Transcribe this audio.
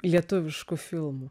lietuviškų filmų